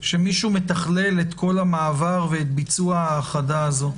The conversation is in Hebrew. שמישהו מתכלל את כל המעבר ואת ביצוע ההאחדה הזאת?